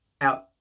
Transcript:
out